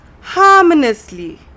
harmoniously